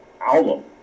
album